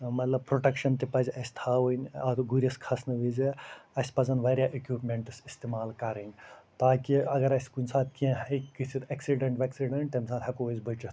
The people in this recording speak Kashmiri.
مَطلَب پروٹیٚکشَن تہِ پَزِ اسہِ تھاوٕنۍ اَتھ گُرِس کھَسنہٕ وِزِ اسہِ پَزَن واریاہ اِکوپمیٚنٹٕس اِستعمال کَرٕنۍ تاکہ اگر اسہِ کُنہ ساتہٕ کیٚنٛہہ ہیٚکہِ گٔژھِتھ ایٚکسِڈیٚنٛٹ ویٚکسِڈیٚنٛٹ تَمہِ ساتہٕ ہیٚکو أسۍ بٔچِتھ